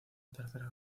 tercera